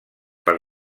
per